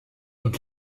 und